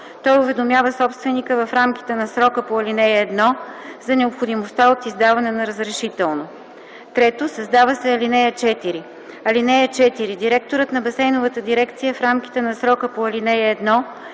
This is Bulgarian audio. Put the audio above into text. той уведомява собственика в рамките на срока по ал. 1 за необходимостта от издаване на разрешително.” 3. Създава се ал. 4: „(4) Директорът на басейновата дирекция в рамките на срока по ал.1